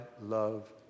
love